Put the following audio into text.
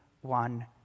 one